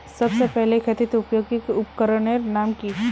सबसे पहले खेतीत उपयोगी उपकरनेर नाम की?